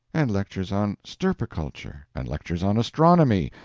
and lectures on stirpiculture, and lectures on astronomy,